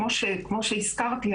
כמו שהזכרתי,